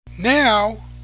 Now